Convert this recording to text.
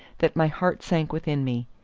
that my heart sank within me.